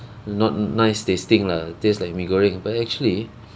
not nice tasting lah taste like mee goreng but actually